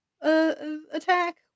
attack